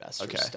okay